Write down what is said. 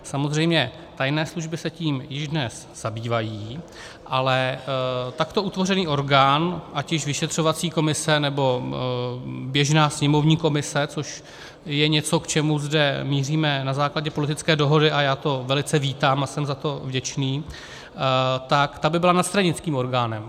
Samozřejmě tajné služby se tím již dnes zabývají, ale takto utvořený orgán, ať již vyšetřovací komise, nebo běžná sněmovní komise, což je něco, k čemu zde míříme na základě politické dohody, a já to velice vítám a jsem za to vděčný, tak ta by byla nadstranickým orgánem.